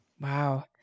Wow